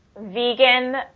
vegan